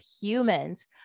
humans